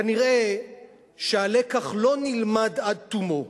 כנראה הלקח לא נלמד עד תומו,